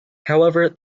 however